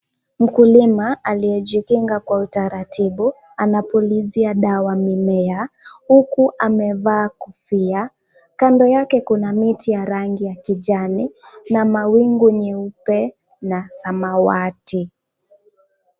Mkulima aliyejikinga kwa utaratibu anapulizia dawa mimea huku amevaa kofia. Kando yake kuna miti ya rangi ya kijani na mawingu nyeupe na samawati.